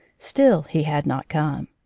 still he had not come.